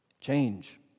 change